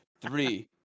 three